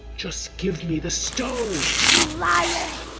just give me the stone. you liar!